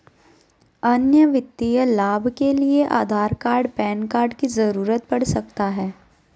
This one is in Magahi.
अन्य वित्तीय लाभ के लिए आधार कार्ड पैन कार्ड की जरूरत पड़ सकता है?